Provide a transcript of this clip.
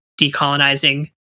decolonizing